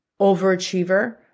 overachiever